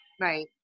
Right